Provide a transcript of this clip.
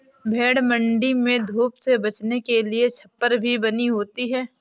भेंड़ मण्डी में धूप से बचने के लिए छप्पर भी बनी होती है